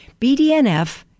BDNF